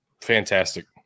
Fantastic